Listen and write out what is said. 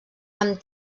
amb